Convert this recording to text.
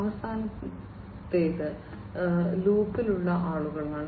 അവസാനത്തേത് ലൂപ്പിലുള്ള ആളുകളാണ്